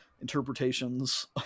interpretations